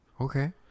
Okay